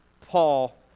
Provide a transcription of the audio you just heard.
Paul